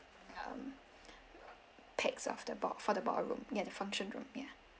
um pax of the ball for the ballroom yeah the function room yeah